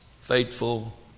Faithful